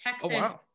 Texas